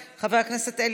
חבר הכנסת יבגני סובה,